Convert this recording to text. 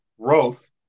growth